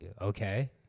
Okay